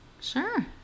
Sure